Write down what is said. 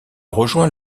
rejoint